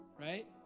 right